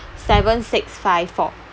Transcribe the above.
seven six five four